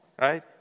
right